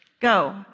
Go